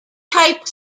type